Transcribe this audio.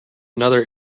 another